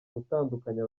gutandukanya